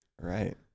right